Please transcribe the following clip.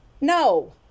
No